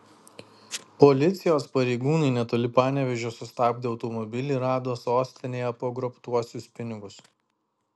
policijos pareigūnai netoli panevėžio sustabdę automobilį rado sostinėje pagrobtuosius pinigus